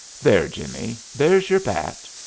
there, jimmie there's your bat.